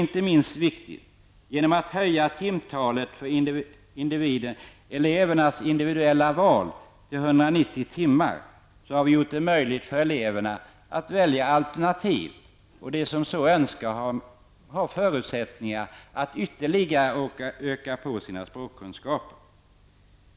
Inte minst viktigt har vi genom att höja timtalet för elevernas individuella val till 190 timmar gjort det möjligt för eleverna att välja alternativt. De som så önskar och har förutsättningar kan ytterligare öka på sina språkkunskaper.